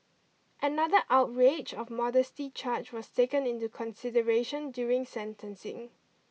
another outrage of modesty charge was taken into consideration during sentencing